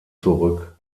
zurück